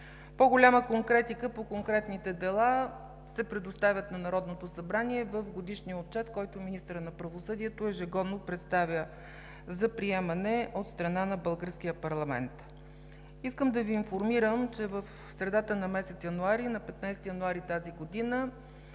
По-голяма конкретика. По-конкретните дела се предоставят на Народното събрание в годишния отчет, който министърът на правосъдието ежегодно представя за приемане от страна на българския парламент. Искам да Ви информирам, че в средата на месец януари – на 15 януари 2019 г.,